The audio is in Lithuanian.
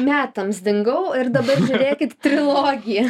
metams dingau ir dabar žiūrėkit trilogija